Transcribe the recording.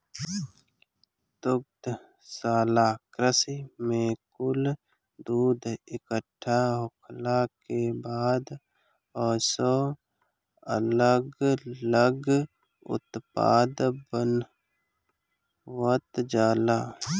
दुग्धशाला कृषि में कुल दूध इकट्ठा होखला के बाद ओसे अलग लग उत्पाद बनावल जाला